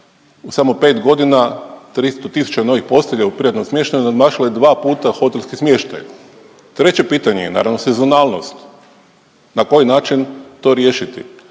u samo 5 godina, 300 tisuća novih postelja u privatnom smještaju nadmašilo je 2 puta hotelski smještaj. Treće pitanje je naravno, sezonalnost. Na koji način to riješiti?